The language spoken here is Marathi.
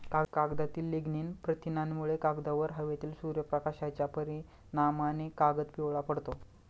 कागदातील लिग्निन प्रथिनांमुळे, कागदावर हवेतील सूर्यप्रकाशाच्या परिणामाने कागद पिवळा पडतो